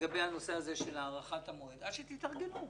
לגבי הנושא הזה של הארכת המועד עד שתתארגנו.